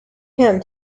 him